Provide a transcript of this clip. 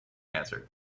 answered